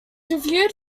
reviewed